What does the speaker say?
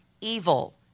evil